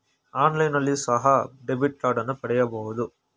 ಆನ್ಲೈನ್ನಲ್ಲಿಯೋ ಸಹ ಡೆಬಿಟ್ ಕಾರ್ಡನ್ನು ಪಡೆಯಬಹುದು